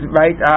right